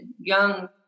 young